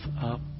up